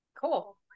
Cool